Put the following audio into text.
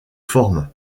forment